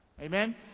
Amen